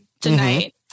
tonight